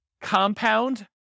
compound